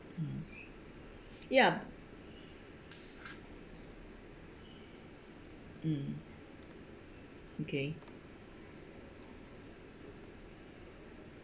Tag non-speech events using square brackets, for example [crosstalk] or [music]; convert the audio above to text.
mm ya [noise] mm okay